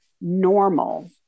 normal